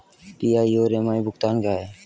PI और MI भुगतान क्या हैं?